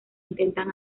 intentan